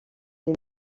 les